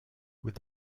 with